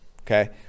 okay